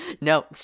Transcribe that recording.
no